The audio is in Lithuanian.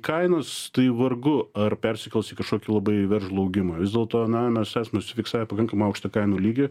kainos tai vargu ar persikels į kažkokį labai veržlų augimą vis dėlto na mes jas nusifiksavę pakankamai aukštą kainų lygį